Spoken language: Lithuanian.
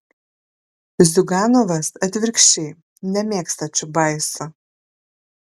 ziuganovas atvirkščiai nemėgsta čiubaiso